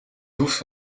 hoeft